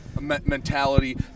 mentality